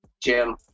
Jim